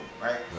right